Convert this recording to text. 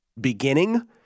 beginning